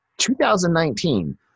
2019